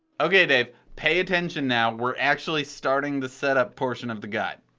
ok, dave, pay attention now, we're actually starting the setup portion of the guide.